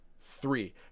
Three